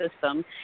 system